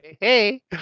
hey